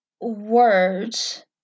words